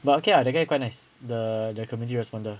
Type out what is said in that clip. but okay lah that guy quite nice the the community responder